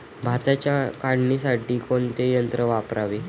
भाताच्या काढणीसाठी कोणते यंत्र वापरावे?